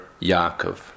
Yaakov